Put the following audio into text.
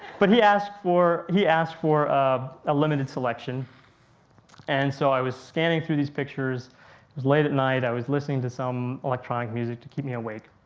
but he asked for, he asked for a limited selection and so i was scanning through these pictures, it was late at night i was listening to some electronic music to keep me awake.